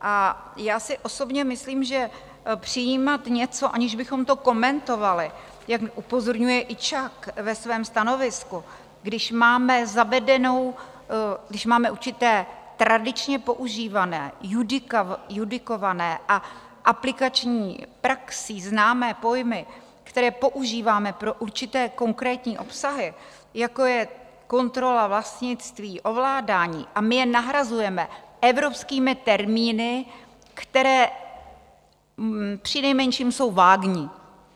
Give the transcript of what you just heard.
A já si osobně myslím, že přijímat něco, aniž bychom to komentovali, jak upozorňuje i ČAK ve svém stanovisku, když máme zavedenou, když máme určité tradičně používané judikované a aplikační praxí známé pojmy, které používáme pro určité konkrétní obsahy, jako je kontrola vlastnictví, ovládání, a my je nahrazujeme evropskými termíny, které přinejmenším jsou vágní